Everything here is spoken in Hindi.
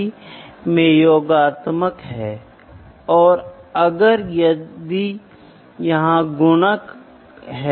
या आजकल क्या हुआ है इलेक्ट्रॉनिक्स इतने अनुकूल हो गए हैं कि इनडायरेक्ट गणितीय गणना आंतरिक रूप से की जाती है